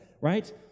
right